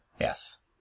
Yes